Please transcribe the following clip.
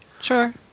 Sure